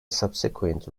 subsequent